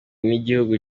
n’igihugu